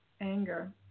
anger